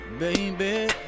Baby